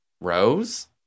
Rose